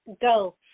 go